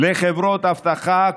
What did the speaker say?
לחברות אבטחה,